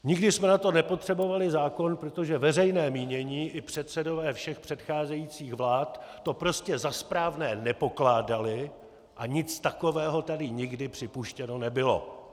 Nikdy jsme na to nepotřebovali zákon, protože veřejné mínění i předsedové všech předcházejících vlád to prostě za správné nepokládali a nic takového tady nikdy připuštěno nebylo.